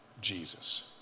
Jesus